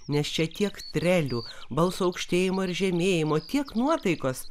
nes čia tiek trelių balso aukštėjimo ir žemėjimo tiek nuotaikos